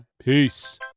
Peace